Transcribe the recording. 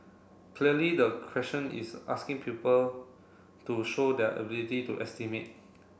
clearly the question is asking pupil to show their ability to estimate